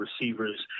receivers